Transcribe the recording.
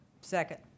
Second